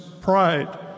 pride